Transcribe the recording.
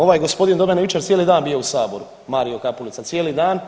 Ovaj gospodin do mene jučer je cijeli dan bio u Saboru Mario Kapulica cijeli dan.